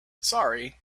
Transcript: sorry